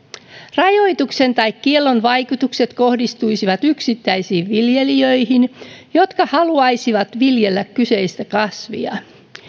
rajoituksen tai kiellon vaikutukset kohdistuisivat yksittäisiin viljelijöihin jotka haluaisivat viljellä kyseistä kasvia